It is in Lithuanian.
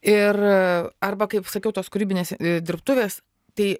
ir arba kaip sakiau tos kūrybinės dirbtuvės tai